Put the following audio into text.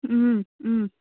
ꯎꯝ ꯎꯝ